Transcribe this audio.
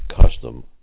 custom